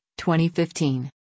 2015